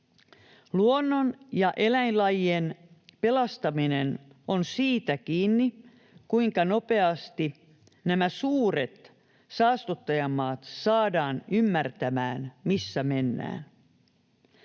Luonnon ja eläinlajien pelastaminen on kiinni siitä, kuinka nopeasti suuret saastuttajamaat saadaan ymmärtämään, missä mennään.